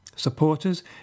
Supporters